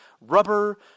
rubber—